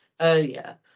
earlier